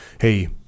hey